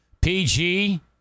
PG